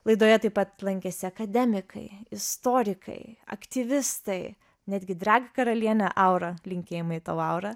laidoje taip pat lankėsi akademikai istorikai aktyvistai netgi drag karalienė aura linkėjimai tau aura